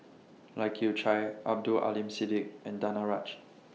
Lai Kew Chai Abdul Aleem Siddique and Danaraj